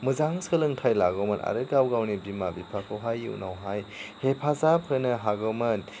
मोजां सोलोंथाइ लागौमोन आरो गाव गावनि बिमा बिफाखौहाय उनावहाय हेफाजाब होनो हागौमोन